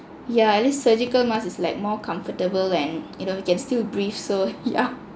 yeah at least surgical mask is like more comfortable and you know you can still breathe so yeah